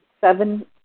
seven